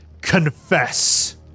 Confess